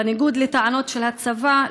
בניגוד לטענות של הצבא,